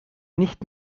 nicht